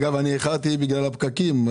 אגב, אני איחרתי בגלל הפקקים.